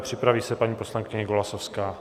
Připraví se paní poslankyně Golasowská.